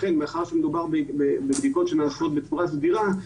אכן מאחר שמדובר בבדיקות שנעשות בצורה סדירה,